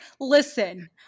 listen